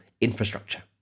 infrastructure